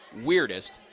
weirdest